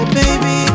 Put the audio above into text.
baby